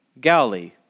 Galilee